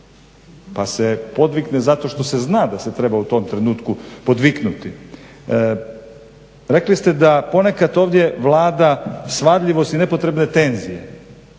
pa se podvikne zato što se zna da se treba u tom trenutku podviknuti. Rekli ste da ponekad ovdje vlada svadljivost i nepotrebne tenzije.